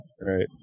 right